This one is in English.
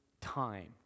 time